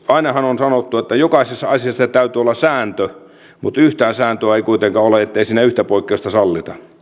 ainahan on sanottu että jokaisessa asiassa täytyy olla sääntö mutta yhtään sääntöä ei kuitenkaan ole ettei siinä yhtä poikkeusta sallita